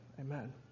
Amen